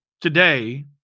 today